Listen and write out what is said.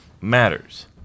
matters